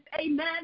Amen